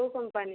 କେଉଁ କମ୍ପାନୀ